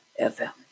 fm